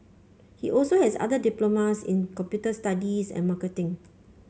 he also has other diplomas in computer studies and marketing